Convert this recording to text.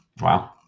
Wow